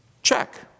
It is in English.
Check